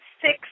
six